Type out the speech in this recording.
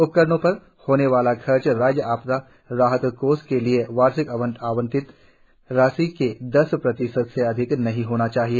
उपकरणों पर होने वाला खर्च राज्य आपदा राहत कोष के लिए वार्षिक आवंटित राशि के दस प्रतिशत से अधिक नहीं होना चाहिए